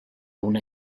una